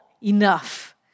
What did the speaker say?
enough